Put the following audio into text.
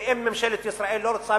ואם ממשלת ישראל לא רוצה